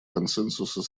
консенсуса